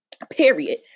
Period